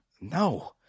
no